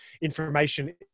Information